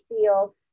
feel